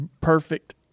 perfect